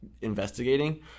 investigating